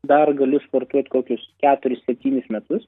dar galiu sportuoti kokius keturis septynis metus